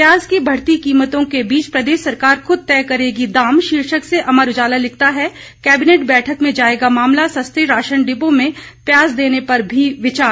प्याज की बढ़ती कीमतों के बीच प्रदेश सरकार खुद तय करेगी दाम शीर्षक से अमर उजाला लिखता है कैबिनेट बैठक में जाएगा मामला सस्ते राशन डिपों में प्याज देने पर भी विचार